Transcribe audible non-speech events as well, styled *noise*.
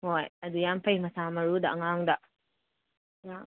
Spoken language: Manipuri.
ꯍꯣꯏ ꯑꯗꯨ ꯌꯥꯝ ꯐꯩ ꯃꯁꯥ ꯃꯎꯗ ꯑꯉꯥꯡꯗ *unintelligible*